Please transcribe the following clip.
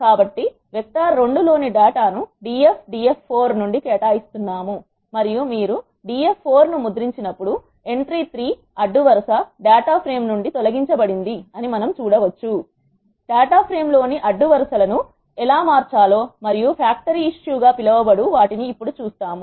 కాబట్టి వెక్టార్ 2లోని డేటాను df df4 నుండి కేటాయిస్తున్నాము మరియు మీరు df4 ను ముద్రించినప్పుడు ఎంట్రీ 3 అడ్డు వరుసడేటా ఫ్రేమ్ నుండి తొలగించబడింది అని మనం చూడవచ్చు డేటా ఫ్రేమ్ లోని అడ్డు వరుస లను ఎలా మార్చాలో మరియు ఫ్యాక్టరీ ఇష్యూ గా పిలువబడు వాటిని ఇప్పుడు చూస్తాము